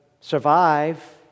survive